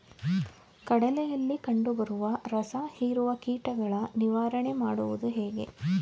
ಕಡಲೆಯಲ್ಲಿ ಕಂಡುಬರುವ ರಸಹೀರುವ ಕೀಟಗಳ ನಿವಾರಣೆ ಮಾಡುವುದು ಹೇಗೆ?